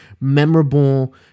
memorable